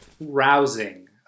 rousing